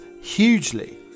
hugely